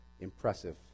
impressive